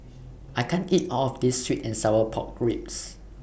I can't eat All of This Sweet and Sour Pork Ribs